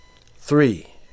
Three